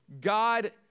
God